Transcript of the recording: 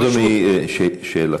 אדוני, שאלתך.